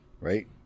right